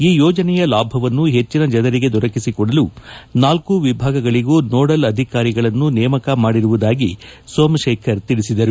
ಈ ಯೋಜನೆಯ ಲಾಭವನ್ನು ಹೆಚ್ಚಿನ ಜನರಿಗೆ ದೊರಕಿಸಿಕೊಡಲು ನಾಲ್ಡೂ ವಿಭಾಗಗಳಿಗೂ ನೋಡಲ್ ಅಧಿಕಾರಿಗಳನ್ನು ನೇಮಕ ಮಾಡಿರುವುದಾಗಿ ಸಚಿವ ಸೋಮಶೇಖರ್ ತಿಳಿಸಿದರು